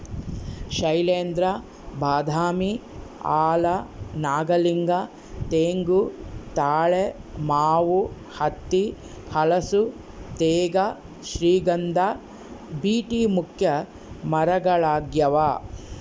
ಶೈಲೇಂದ್ರ ಬಾದಾಮಿ ಆಲ ನಾಗಲಿಂಗ ತೆಂಗು ತಾಳೆ ಮಾವು ಹತ್ತಿ ಹಲಸು ತೇಗ ಶ್ರೀಗಂಧ ಬೀಟೆ ಮುಖ್ಯ ಮರಗಳಾಗ್ಯಾವ